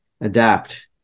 adapt